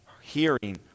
hearing